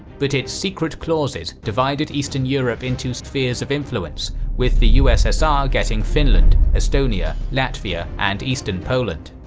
but its secret clauses divided eastern europe into spheres of influence, with the ussr getting finland, estonia, latvia, and eastern poland.